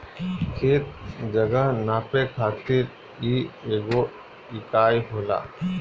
खेत, जगह नापे खातिर इ एगो इकाई होला